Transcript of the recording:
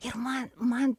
ir man man